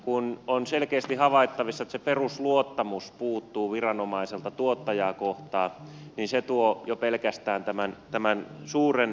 kun on selkeästi havaittavissa että perusluottamus puuttuu viranomaiselta tuottajaa kohtaan niin jo pelkästään se tuo tämän suuren epäkohdan